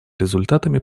результатами